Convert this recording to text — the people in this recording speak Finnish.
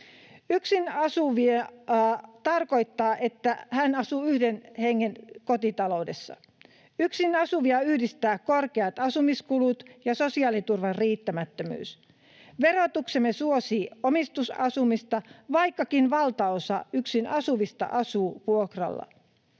Yksin asuva tarkoittaa, että asuu yhden hengen kotitaloudessa. Yksin asuvia yhdistävät korkeat asumiskulut ja sosiaaliturvan riittämättömyys. Verotuksemme suosii omistusasumista, vaikkakin valtaosa yksin asuvista asuu vuokralla.